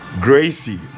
gracie